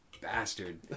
bastard